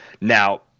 Now